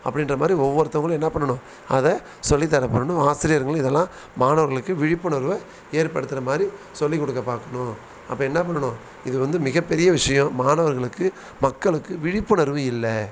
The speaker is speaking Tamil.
அப்படின்ற மாதிரி ஒவ்வொருத்தவங்களும் என்ன பண்ணணும் அதை சொல்லித்தரப்படணும் ஆசிரியர்களும் இதெல்லாம் மாணவர்களுக்கு விழுப்புணர்வை ஏற்படுத்துகிற மாதிரி சொல்லி கொடுக்க பார்க்கணும் அப்போ என்ன பண்ணணும் இது வந்து மிகப்பெரிய விஷயம் மாணவர்களுக்கு மக்களுக்கு விழிப்புணர்வு இல்லை